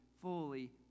fully